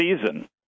season